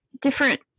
different